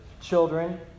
children